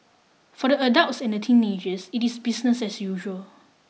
for the adults and the teenagers it is business as usual